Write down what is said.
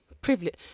Privilege